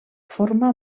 forma